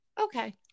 okay